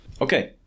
Okay